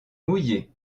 mouillé